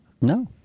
No